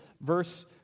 verse